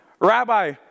Rabbi